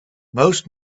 most